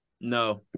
No